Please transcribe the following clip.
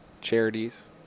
charities